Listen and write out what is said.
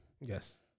Yes